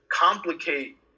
complicate